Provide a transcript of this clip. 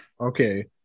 Okay